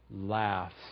laughs